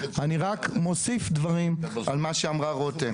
אני רק מוסיף דברים על מה שאמרה רותם.